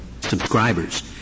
subscribers